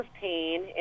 pain